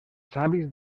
hàbits